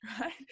Right